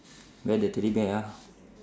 where the teddy bear ah